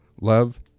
Love